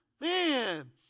Man